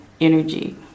energy